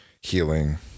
healing